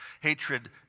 hatred